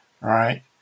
right